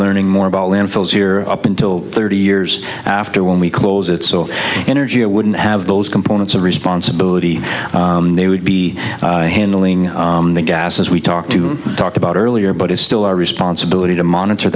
learning more about landfills here up until thirty years after when we close it so energy it wouldn't have those components and responsibility they would be handling the gas as we talked to talked about earlier but it's still our responsibility to monitor